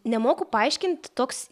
nemoku paaiškinti toks